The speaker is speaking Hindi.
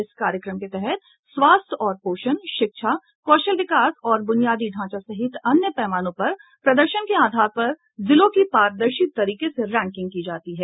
इस कार्यक्रम के तहत स्वास्थ्य और पोषण शिक्षा कौशल विकास और बुनियादी ढांचा सहित अन्य पैमानों पर प्रदर्शन के आधार पर जिलों की पारदर्शी तरीके से रैंकिंग की जाती है